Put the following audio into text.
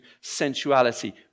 sensuality